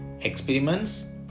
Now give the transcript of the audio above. experiments